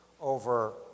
over